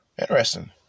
Interesting